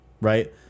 right